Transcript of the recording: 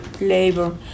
labor